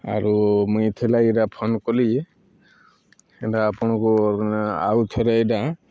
ଆରୁ ମୁଇଁ ଥିଲା ଏଇଟା ଫୋନ୍ କଲି ଯେ ଏଟା ଆପଣଙ୍କୁ ଆଉ ଥରେ ଏଇଟା